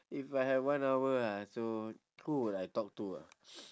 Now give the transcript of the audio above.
if I had one hour ah so who would I talk to ah